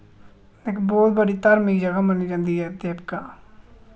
इक बहुत बड़ी धार्मिक जगह् मन्नी जंदी ऐ देवका